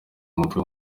umutwe